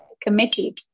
committee